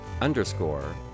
underscore